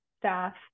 staff